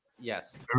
Yes